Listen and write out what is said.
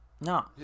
No